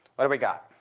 what do we got?